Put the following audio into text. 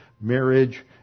marriage